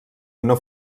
una